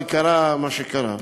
אבל קרה מה שקרה,